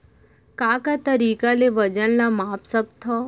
का का तरीक़ा ले वजन ला माप सकथो?